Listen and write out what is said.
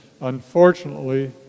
Unfortunately